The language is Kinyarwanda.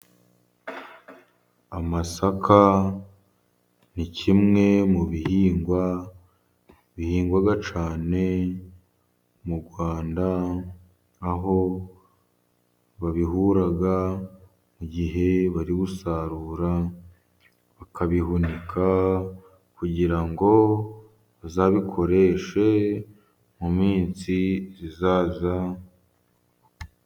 Amasaka ni kimwe mu bihingwa bihingwa cyane mu Rwanda, aho babihuraga mu gihe bari bu gusarura, bakabihunika, kugira ngo bazabikoreshe mu minsi izaza.